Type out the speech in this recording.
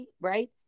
Right